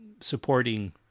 supporting